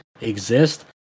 exist